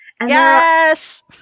Yes